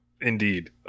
Indeed